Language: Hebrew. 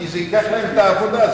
כי זה ייקח להם את העבודה.